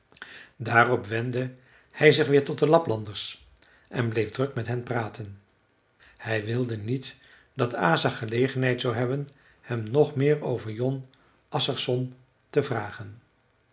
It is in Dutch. daarop wendde hij zich weer tot de laplanders en bleef druk met hen praten hij wilde niet dat asa gelegenheid zou hebben hem nog meer over jon assarsson te vragen